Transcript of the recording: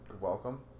Welcome